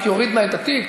רק יוריד נא את התיק.